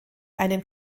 einen